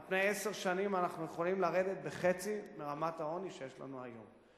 על פני עשר שנים אנחנו יכולים לרדת בחצי מרמת העוני שיש לנו היום.